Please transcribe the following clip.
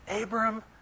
Abram